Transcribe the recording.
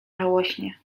żałośnie